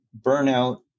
burnout